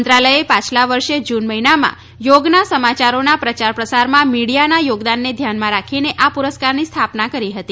મંત્રાલયે પાછલા વર્ષ જૂન મહિનામાં થોગના સમાચારોના પ્રચાર પ્રસારમાં મિડીયાના થોગદાનને ધ્યાનમાં રાખીને આ પુરસ્કારની સ્થાપના કરી હતી